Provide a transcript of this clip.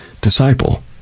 disciple